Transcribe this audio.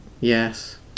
yes